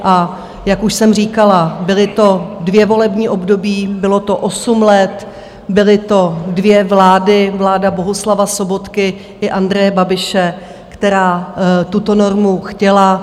A jak už jsem říkala, byla to dvě volební období, bylo to osm let, byly to dvě vlády, vláda Bohuslava Sobotky i Andreje Babiše, která tuto normu chtěla.